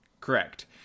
Correct